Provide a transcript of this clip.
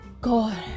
god